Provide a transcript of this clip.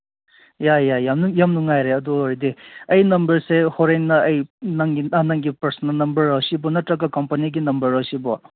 ꯌꯥꯏ ꯌꯥꯏ ꯌꯥꯏ ꯌꯥꯝ ꯅꯨꯡꯉꯥꯏꯔꯦ ꯑꯗꯨ ꯑꯣꯏꯔꯗꯤ ꯑꯩ ꯅꯝꯕꯔꯁꯦ ꯍꯣꯔꯦꯟꯅ ꯑꯩ ꯅꯪꯒꯤ ꯄꯔꯁꯣꯅꯦꯜ ꯅꯝꯕꯔꯔꯣ ꯁꯤꯕꯨ ꯅꯠꯇ꯭ꯔꯒ ꯀꯝꯄꯅꯤꯒꯤ ꯅꯝꯕꯔꯔꯣ ꯁꯤꯕꯨ